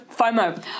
FOMO